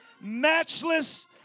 matchless